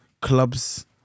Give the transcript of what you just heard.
clubs